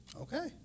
Okay